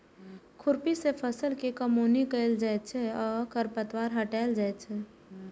खुरपी सं फसल के कमौनी कैल जाइ छै आ खरपतवार हटाएल जाइ छै